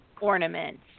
ornaments